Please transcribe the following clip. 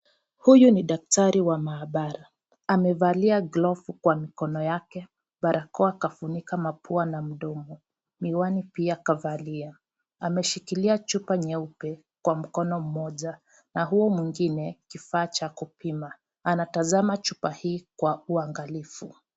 Huyu ni daktari wa maabara, amevalia glovu kwa mikono yake, barakoa kafunika pua na mdomo, miwani pia kavalia, ameshikilia chupa nyeupe kwa mkono Mmoja na huu mwingine kifaa Cha kupima, anatazama chupa hii kwa uangalifu